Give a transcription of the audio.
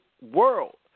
world